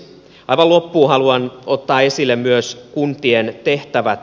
aivan loppuun haluan ottaa esille myös kuntien tehtävät